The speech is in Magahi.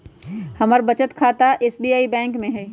हमर बचत खता एस.बी.आई बैंक में हइ